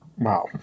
Wow